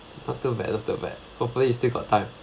not too bad not too bad hopefully still got time